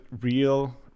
real